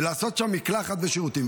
ולעשות שם מקלחת ושירותים,